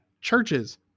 churches